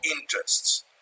interests